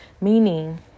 Meaning